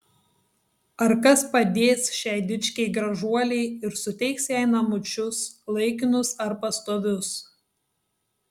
ar kas padės šiai dičkei gražuolei ir suteiks jai namučius laikinus ar pastovius